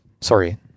sorry